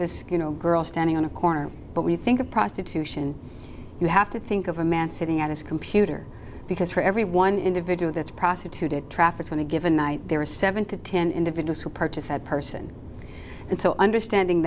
know girl standing on a corner but we think of prostitution you have to think of a man sitting at his computer because for every one individual that's prostituted traffic on a given night there are seven to ten individuals who purchase that person and so understanding